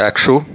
একশো